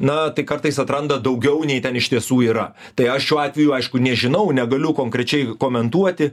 na tai kartais atranda daugiau nei ten iš tiesų yra tai aš šiuo atveju aišku nežinau negaliu konkrečiai komentuoti